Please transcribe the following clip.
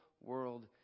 world